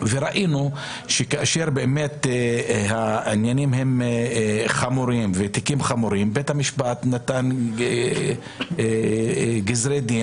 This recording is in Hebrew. וראינו שכאשר התיקים הם באמת חמורים בית המשפט נתן גזרי דין